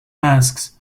masks